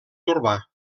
urbà